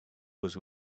was